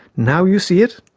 now you see it.